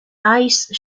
ice